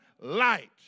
light